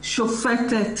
"שופטת",